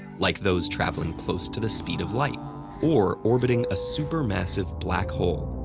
like those travelling close to the speed of light or orbiting a supermassive black hole.